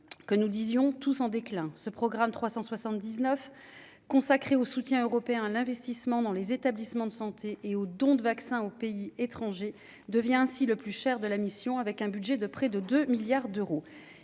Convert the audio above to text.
que nous disions tout son déclin, ce programme 379 consacré au soutien européen, l'investissement dans les établissements de santé et aux dons de vaccins aux pays étranger devient ainsi le plus cher de la mission avec un budget de près de 2 milliards d'euros,